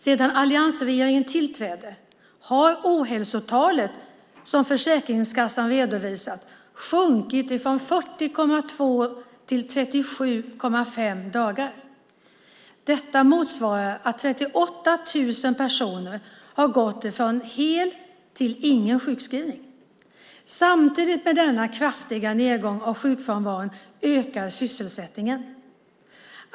Sedan alliansregeringen tillträdde har ohälsotalet som Försäkringskassan redovisat sjunkit från 40,2 till 37,5 dagar. Detta motsvarar att 38 000 människor har gått från hel till ingen sjukskrivning. Samtidigt med denna kraftiga nedgång av sjukfrånvaron ökar sysselsättningen.